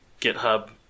github